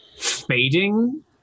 fading